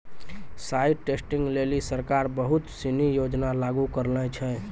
site testing लेलि सरकार बहुत सिनी योजना लागू करलें छै